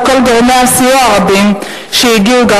ולכל גורמי הסיוע הרבים שהגיעו גם